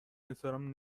احترام